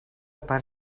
per